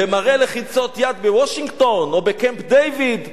ומראה לחיצות יד בוושינגטון או בקמפ-דייוויד,